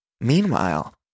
Meanwhile